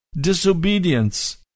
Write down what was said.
disobedience